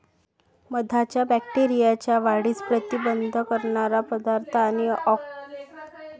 मधाच्या बॅक्टेरियाच्या वाढीस प्रतिबंध करणारा पदार्थ आणि अँटिऑक्सिडेंट गुणधर्मांमुळे लोक औषधांमध्ये वापरले जाते